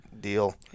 deal